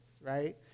right